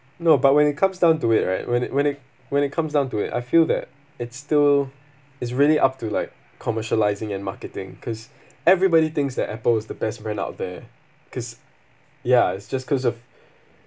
no but when it comes down to it right when it when it when it comes down to it I feel that it's still it's really up to like commercializing and marketing cause everybody thinks that apple is the best brand out there cause ya it's just cause of